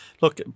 look